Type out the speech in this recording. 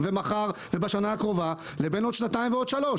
מחר ובשנה הקרובה לבין עוד שנתיים ועוד שלוש.